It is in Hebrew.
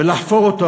ולחפור אותו.